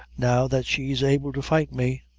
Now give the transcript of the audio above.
now that she's able to fight me.